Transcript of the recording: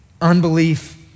unbelief